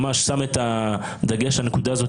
ממש שם את הדגש על הנקודה הזאת.